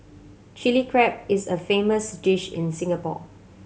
Chilli Crab is a famous dish in Singapore